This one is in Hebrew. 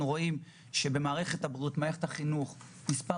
אנחנו רואים שבמערכת הבריאות ומערכת החינוך מספר